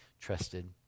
trusted